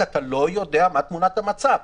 כי אתה לא יודע מה תמונת המצב.